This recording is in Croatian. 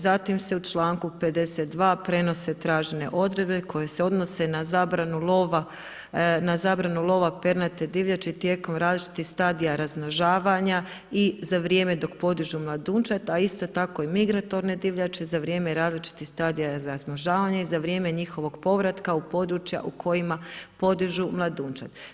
Zatim se u članku 52. prenose tražene odredbe koje se odnose na zabranu lova pernate divljači tijekom različitih stadija razmnožavanja i za vrijeme dok podižu mladunčad, a isto tako i migratorne divljači za vrijeme različitih stadija razmnožavanja i za vrijeme njihovog povrataka u područja u kojima podižu mladunčad.